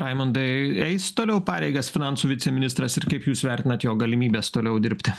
raimundai eis toliau pareigas finansų viceministras ir kaip jūs vertinat jo galimybes toliau dirbti